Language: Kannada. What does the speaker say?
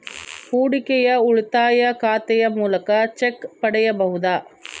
ಹೂಡಿಕೆಯ ಉಳಿತಾಯ ಖಾತೆಯ ಮೂಲಕ ಚೆಕ್ ಪಡೆಯಬಹುದಾ?